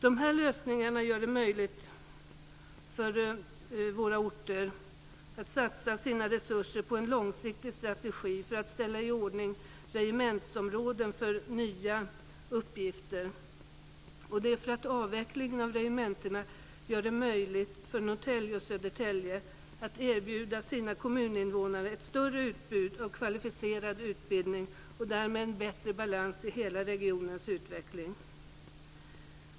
De här lösningarna gör det möjligt för våra orter att satsa sina resurser på en långsiktig strategi för att ställa i ordning regementsområden för nya uppgifter, så att avvecklingen av regementena gör det möjligt för Norrtälje och Södertälje att erbjuda sina kommuninvånare ett större utbud av kvalificerad utbildning och därmed bättre balans i hela regionens utveckling.